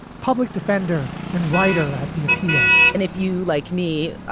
public defender and writer at the appeal and if you like me,